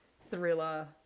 thriller